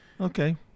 Okay